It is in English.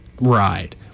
ride